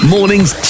Morning's